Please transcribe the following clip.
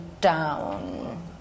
down